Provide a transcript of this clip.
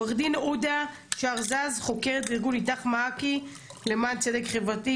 עו"ד עודה שהרזאד, "איתך מעכי" למען צדק חברתי.